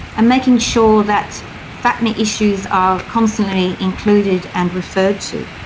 and making sure that fapmi issues are constantly included and referred to,